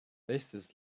tastes